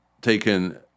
taken